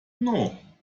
know